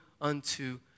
unto